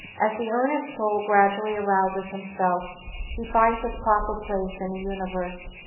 as the earnest soul gradually arouses himself he finds his proper place in the universe,